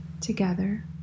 together